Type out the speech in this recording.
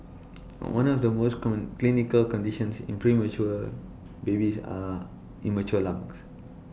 one of the most common clinical conditions in premature babies are immature lungs